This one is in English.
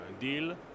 deal